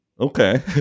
okay